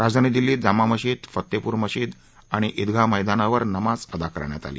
राजधानी दिल्लीत जामा मशिद फतेपूर मशिद अणि ईदगा मैदानावर नमाज अदा करण्यात आलं